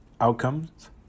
Outcomes